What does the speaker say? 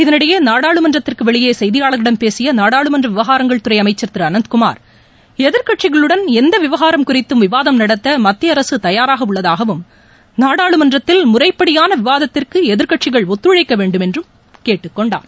இதனிடையே நாடாளுமன்றத்திற்கு வெளியே செய்தியாளர்களிடம் பேசிய நாடாளுமன்ற விவகாரங்கள் துறை அமைச்சர் திரு அனந்தகுமார் எதிர்க்கட்சிகளுடன் எந்த விவகாரம் குறித்தும் விவாதம் நடத்த மத்திய அரசு தயாராக உள்ளதாகவும் நாடாளுமன்றத்தில் முறைப்படியான விவாதத்திற்கு எதிர்க்கட்சிகள் ஒத்துழைக்க வேண்டும் என்றும் கூறினார்